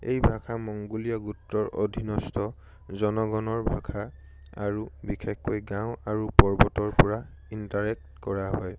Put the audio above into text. এই ভাষা মংগোলীয়া গোত্ৰৰ অধীনষ্ঠ জনগণৰ ভাষা আৰু বিশেষকৈ গাঁও আৰু পৰ্বতৰ পৰা ইণ্টাৰেক্ট কৰা হয়